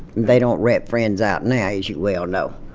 they don't rat friends out now, as you well know